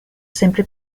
sempre